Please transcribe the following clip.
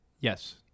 yes